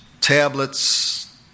tablets